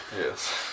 Yes